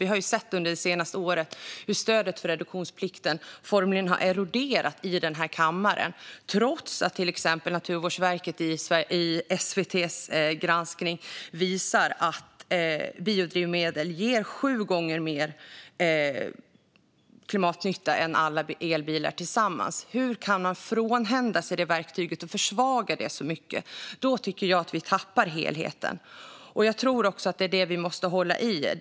Vi har sett under det senaste året hur stödet för reduktionsplikten har formligen eroderat i den här kammaren, trots att till exempel Naturvårdsverket i SVT:s granskning visar att biodrivmedel ger sju gånger mer klimatnytta än alla elbilar tillsammans. Hur kan man frånhända sig det verktyget och försvaga det så mycket? Då tycker jag att vi tappar helheten, som även jag tror att vi måste hålla i.